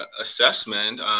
assessment